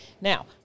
now